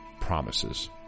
promises